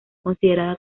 considerada